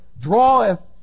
draweth